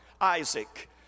Isaac